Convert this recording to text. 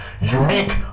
unique